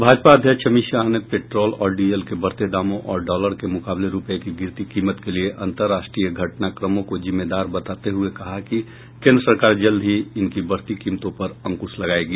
भाजपा अध्यक्ष अमित शाह ने पेट्रोल और डीजल के बढ़ते दामों और डॉलर के मुकाबले रुपये की गिरती कीमत के लिए अंतरराष्ट्रीय घटनाक्रमों को जिम्मेदार बताते हुये कहा है कि केंद्र सरकार जल्द ही इनकी बढ़ती कीमतों पर अंकुश लगायेगी